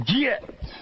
Get